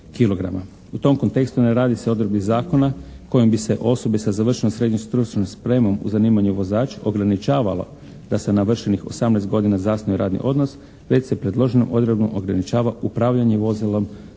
U tom kontekstu ne radi se o odredbi zakona kojom bi se osobe sa završenom srednjom stručnom spremom u zanimanju vozač, ograničavalo da sa navršenih 18 godina zasnuje radni odnos, već se predloženom odredbom ograničava upravljanje vozilom ukupne